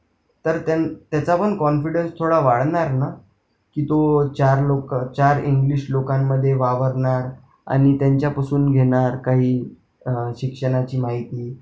तर त्यानं त्याचा पण कॉन्फिडन्स थोडा वाढणार ना की तो चार लोकं चार इंग्लिश लोकांमध्ये वावरणार आणि त्यांच्यापासून घेणार काही शिक्षणाची माहिती